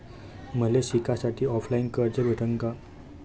मले शिकासाठी ऑफलाईन कर्ज भेटन का?